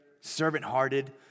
servant-hearted